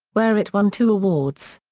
where it won two awards.